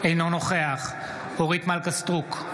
אינו נוכח אורית מלכה סטרוק,